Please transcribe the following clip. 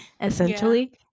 Essentially